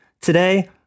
Today